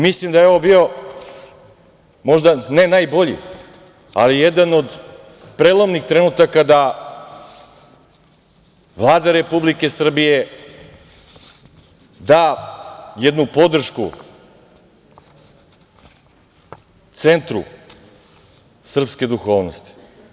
Mislim da je ovo bio, možda ne najbolji, ali jedan od prelomnih trenutaka da Vlada Republike Srbije da jednu podršku centru srpske duhovnosti.